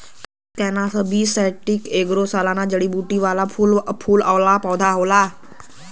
cannabis sativa ऐगो सालाना जड़ीबूटी वाला फूल वाला पौधा होला